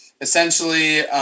Essentially